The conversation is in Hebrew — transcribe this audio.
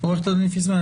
עוה"ד פיסמן,